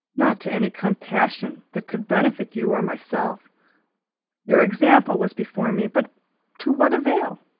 not to any compassion that could benefit you or myself your example was before me but to what avail